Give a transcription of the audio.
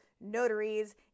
notaries